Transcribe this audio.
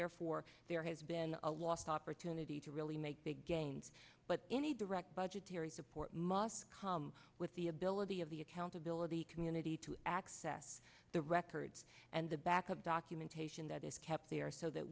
therefore there has been a lost opportunity to really make big gains but any direct budgetary support must come with the ability of the accountability community to access the records and the backup documentation that is kept there so that